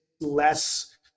less